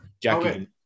Jackie